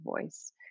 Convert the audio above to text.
voice